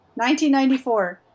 1994